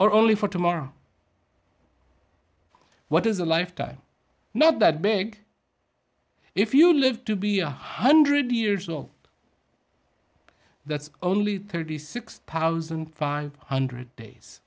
or only for tomorrow what is a lifetime not that big if you live to be a hundred years old that's only thirty six thousand five hundred days